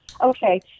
Okay